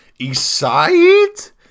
Eastside